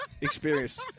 experience